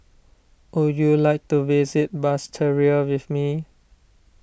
would you like to visit Basseterre with me